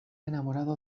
enamorado